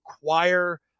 require